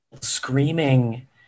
screaming